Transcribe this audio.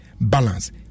balance